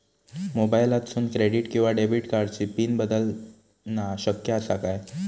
मोबाईलातसून क्रेडिट किवा डेबिट कार्डची पिन बदलना शक्य आसा काय?